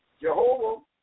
Jehovah